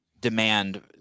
demand